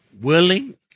willing